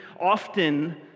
often